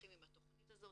ממשיכים עם התכנית הזאת,